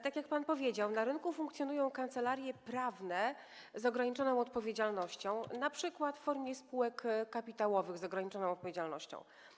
Tak jak pan powiedział, na rynku funkcjonują kancelarie prawne z ograniczoną odpowiedzialnością np. w formie spółek kapitałowych z ograniczoną odpowiedzialnością.